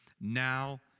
Now